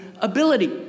ability